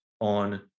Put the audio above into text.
on